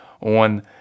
on